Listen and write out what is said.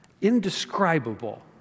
indescribable